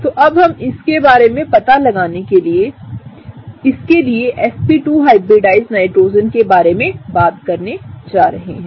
तो अब हम इसके बारे में पता लगाने के लिए इसके लिए sp2हाइब्रिडाइज्ड नाइट्रोजन केबारे में बात करने जा रहे हैं